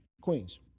Queens